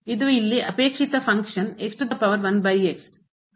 ಇದು ಇಲ್ಲಿ ಅಪೇಕ್ಷಿತ ಫಂಕ್ಷನ್ ಅದು 1 ಕ್ಕೆ ಹೋಗುತ್ತದೆ